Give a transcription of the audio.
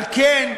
על כן,